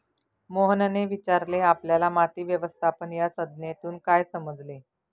मोहनने विचारले आपल्याला माती व्यवस्थापन या संज्ञेतून काय समजले?